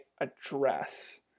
address